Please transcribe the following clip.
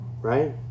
right